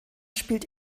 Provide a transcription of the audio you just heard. spielt